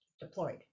deployed